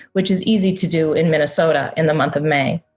which is easy to do in minnesota in the month of may.